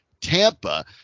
Tampa